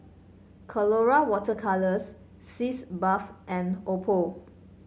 Colora Water Colours Sitz Bath and Oppo